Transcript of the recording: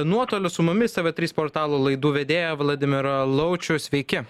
nuotoliu su mumis tv trys portalo laidų vedėją vladimirą laučių sveiki